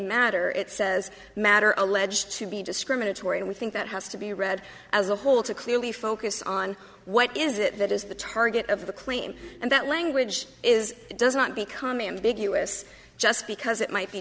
matter it says matter of alleged to be discriminatory and we think that has to be read as a whole to clearly focus on what is it that is the target of the claim and that language is does not become ambiguous just because it might be